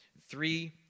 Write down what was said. three